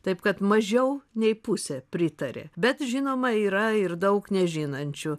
taip kad mažiau nei pusė pritarė bet žinoma yra ir daug nežinančių